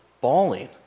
bawling